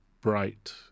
bright